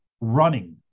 running